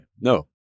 No